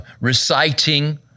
reciting